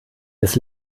des